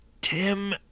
Tim